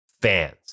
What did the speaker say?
fans